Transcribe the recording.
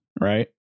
right